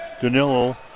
Danilo